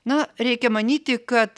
na reikia manyti kad